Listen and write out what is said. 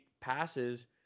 passes